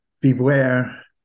beware